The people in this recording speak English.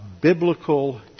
biblical